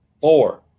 Four